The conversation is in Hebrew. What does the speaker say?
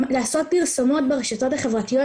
לעשות פרסומות ברשתות החברתיות,